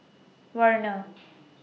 Werner